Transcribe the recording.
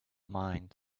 mind